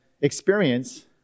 experience